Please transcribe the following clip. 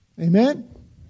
Amen